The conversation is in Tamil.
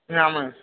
ஆ ஆமாங்க